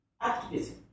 activism